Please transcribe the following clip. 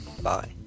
Bye